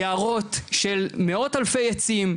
יערות של מאות אלפי עצים,